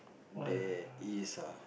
there is ah